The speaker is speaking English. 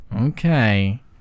Okay